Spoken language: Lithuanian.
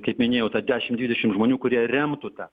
kaip minėjau tą dešim dvidešim žmonių kurie remtų tą